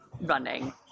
running